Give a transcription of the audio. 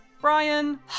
Brian